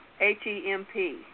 H-E-M-P